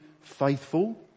faithful